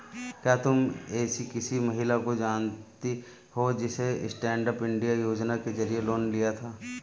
क्या तुम एसी किसी महिला को जानती हो जिसने स्टैन्डअप इंडिया योजना के जरिए लोन लिया था?